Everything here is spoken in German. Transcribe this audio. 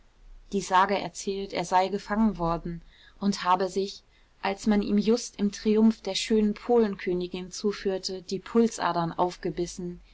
die sage erzählt er sei gefangen worden und habe sich als man ihn just im triumph der schönen polenkönigin zuführte die pulsadern aufgebissen